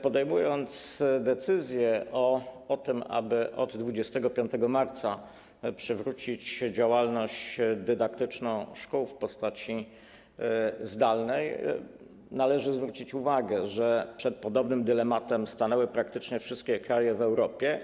Podejmując decyzję o tym, aby od 25 marca przywrócić działalność dydaktyczną szkół w postaci zdalnej, chcemy zwrócić uwagę, że przed podobnym dylematem stanęły praktycznie wszystkie kraje w Europie.